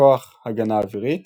כוח הגנה אווירית